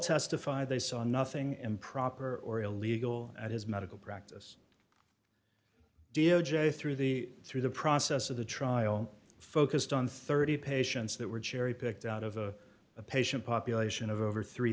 testified they saw nothing improper or illegal at his medical practice d o j through the through the process of the trial focused on thirty patients that were cherry picked out of a patient population of over three